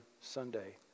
Sunday